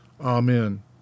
Amen